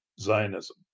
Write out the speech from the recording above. Zionism